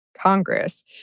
Congress